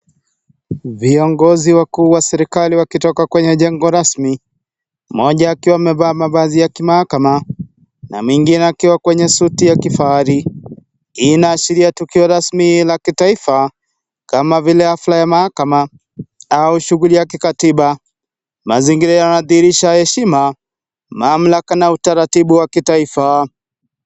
Viongozi wakuu wa serikali wakitoka kwenye jengo rasmi. Mmoja akiwa amevaa mavazi ya kimahakama na mwingine akiwa kwenye suti ya kifahari. Hii inaashiria tukio rasmi la kitaifa kama vile afla ya mahakama au shughuli ya kikatiba. Mazingira yanadhihirisha heshima, mamlaka na utaratibu wa kitaifa.